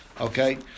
Okay